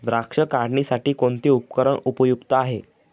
द्राक्ष काढणीसाठी कोणते उपकरण उपयुक्त आहे?